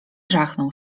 żachnął